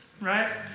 Right